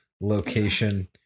location